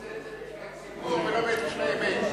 אתה רוצה את זה בשביל הציבור ולא בשביל האמת.